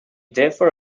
therefore